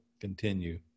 continue